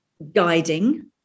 guiding